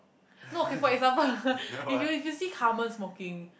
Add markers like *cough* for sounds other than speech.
no can for example *laughs* if you if you see Carmen smoking